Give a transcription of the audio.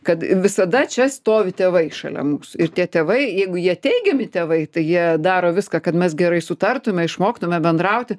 kad visada čia stovi tėvai šalia mūsų ir tie tėvai jeigu jie teigiami tėvai tai jie daro viską kad mes gerai sutartumėme išmoktumėme bendrauti